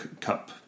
cup